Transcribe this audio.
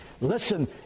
Listen